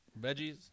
veggies